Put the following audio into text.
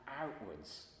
outwards